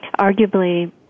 arguably